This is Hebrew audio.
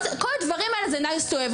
כל הדברים האלה הם Nice to have.